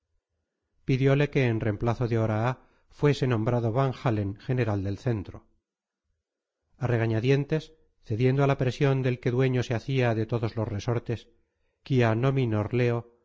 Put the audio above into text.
balmaseda pidiole que en reemplazo de oraa fuese nombrado van-halen general del centro a regañadientes cediendo a la presión del que dueño se hacía de todos los resortes quia nominor leo